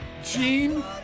Gene